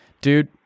dude